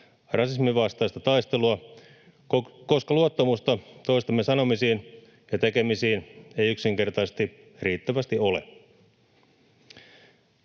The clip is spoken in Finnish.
rasismin vastaista taistelua, koska luottamusta toistemme sanomisiin ja tekemisiin ei yksinkertaisesti riittävästi ole.